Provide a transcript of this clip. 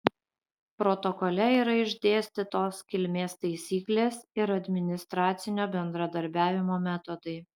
protokole yra išdėstytos kilmės taisyklės ir administracinio bendradarbiavimo metodai